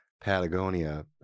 Patagonia